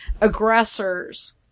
aggressors